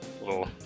Little